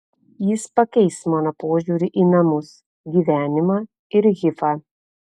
jis pakeis mano požiūrį į namus gyvenimą ir hifą